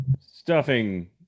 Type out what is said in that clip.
stuffing